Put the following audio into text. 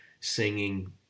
singing